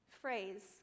phrase